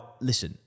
listen